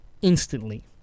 Instantly